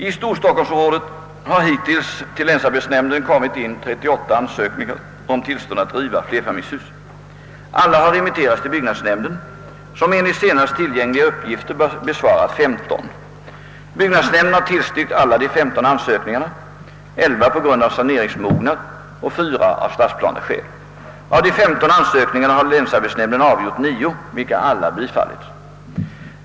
I storstockholmsområdet har hittills till länsarbetsnämnden kommit in 38 ansökningar om tillstånd att riva flerfamiljshus. Alla har remitterats till byggnadsnämnden som, enligt senast tillgängliga uppgifter, besvarat 15. Byggnadsnämnden har tillstyrkt alla de 15 ansökningarna, 11 på grund av saneringsmognad och 4 av stadsplaneskäl. Av de 15 ansökningarna har länsarbetsnämnden avgjort 9 vilka alla bifallits.